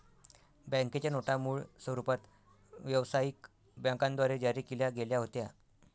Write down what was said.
बँकेच्या नोटा मूळ स्वरूपात व्यवसायिक बँकांद्वारे जारी केल्या गेल्या होत्या